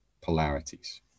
polarities